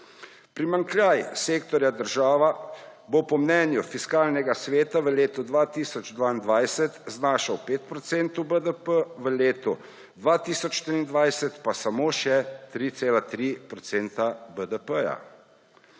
Primanjkljaj sektorja država bo po mnenju Fiskalnega sveta v letu 2022 znašal 5 % BDP, v letu 2023 pa samo še 3,3 % BDP.